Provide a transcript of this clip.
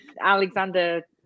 Alexander